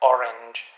Orange